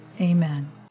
Amen